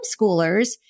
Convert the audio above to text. homeschoolers